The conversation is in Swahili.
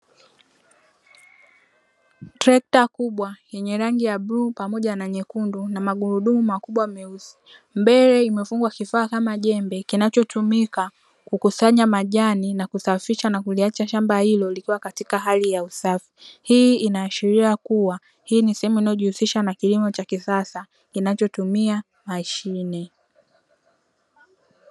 Trekta kubwa yenye rangi ya bluu pamoja na nyekundu, na magurudumu makubwa meusi, mbele imefungwa kifaa kama jembe kinachotumika kukusanya majani na kusafisha na kuliacha shamba hilo likiwa katika hali ya usafi. Hii inaashiria kuwa hii ni sehemu inayojihusisha na kilimo cha kisasa, kinachotumia mashine.